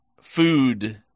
Food